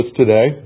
today